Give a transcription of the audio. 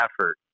effort